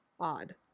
Odd